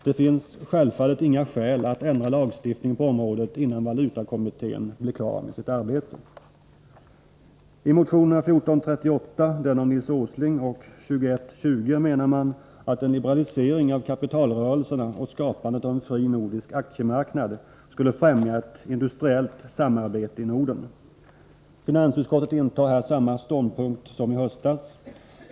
Det finns självfallet inga skäl att ändra lagstiftningen på området innan valutakommittén blir klar med sitt arbete. I motionerna 1438 av Nils Åsling och 2120 menar man att en liberalisering av kapitalrörelserna och skapandet av en fri nordisk aktiemarknad skulle främja ett industriellt samarbete i Norden. Finansutskottet intar här samma ståndpunkt som i höstas.